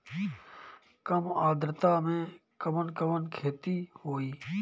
कम आद्रता में कवन कवन खेती होई?